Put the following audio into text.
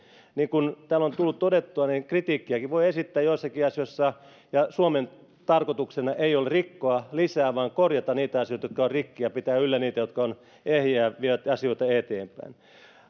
niin kuin täällä on tullut todettua kritiikkiäkin voi esittää joissakin asioissa ja suomen tarkoituksena ei ole rikkoa lisää vaan korjata niitä asioita jotka ovat rikki ja pitää yllä niitä jotka ovat ehjiä ja vievät asioita eteenpäin